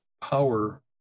power